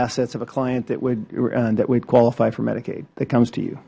assets of a client that would qualify for medicaid that comes to you